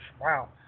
wow